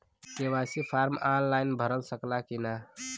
KYC form online भरा सकला की ना?